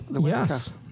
Yes